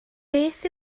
beth